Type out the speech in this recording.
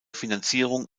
finanzierung